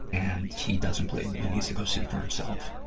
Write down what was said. and he doesn't believe me he needs to go see for himself.